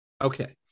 Okay